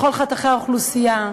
בכל חתכי האוכלוסייה,